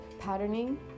patterning